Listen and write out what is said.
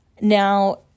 now